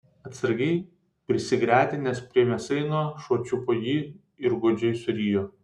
atsargiai prisigretinęs prie mėsainio šuo čiupo jį ir godžiai surijo